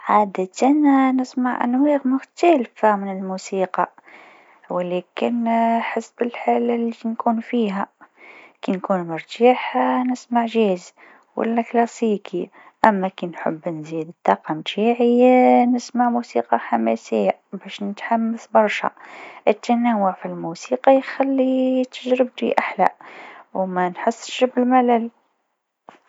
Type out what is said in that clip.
أنا نحب نستمع لأنواع مختلفة من الموسيقى. كل نوع عنده جوه الخاص. ساعات نحب الموسيقى الشعبية، وساعات نحب الروك أو الجاز. كل نوع يخليني نحس بشعور مختلف. مثلاً، الموسيقى الهادئة تعطي راحة، بينما الإيقاعات السريعة تخلي عندي طاقة. التنوع في الموسيقى يعطيني فرصة نكتشف حاجات جديدة ونتفاعل مع اللحظات.